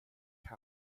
camp